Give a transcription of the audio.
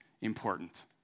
important